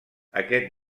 aquest